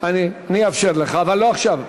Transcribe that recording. אני אאפשר לך, אבל לא עכשיו.